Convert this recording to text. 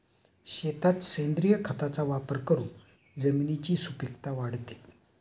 शेतात सेंद्रिय खताचा वापर करून जमिनीची सुपीकता वाढते